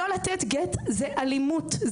לא לתת גט זו אלימות,